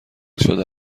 شده